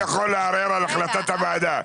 נכה יכול לערער על החלטת הוועדה.